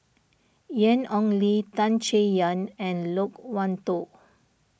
Ian Ong Li Tan Chay Yan and Loke Wan Tho